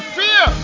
fear